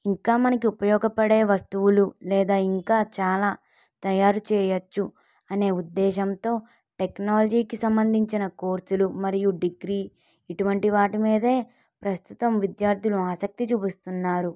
ఇంకా మనకు ఉపయోగపడే వస్తువులు లేదా ఇంకా చాలా తయారు చేయచ్చు అనే ఉద్దేశ్యంతో టెక్నాలజీకి సంబంధించిన కోర్సులు మరియు డిగ్రీ ఇటువంటి వాటి మీద ప్రస్తుతం విద్యార్థులు ఆసక్తి చూపిస్తున్నారు